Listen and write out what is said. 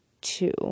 two